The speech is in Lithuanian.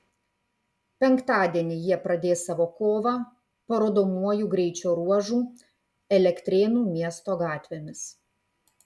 penktadienį jie pradės savo kovą parodomuoju greičio ruožu elektrėnų miesto gatvėmis